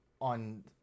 on